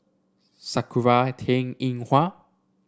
Sakura Teng Ying Hua